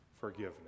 forgiveness